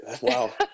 Wow